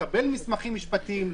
לקבל מסמכים משפטיים,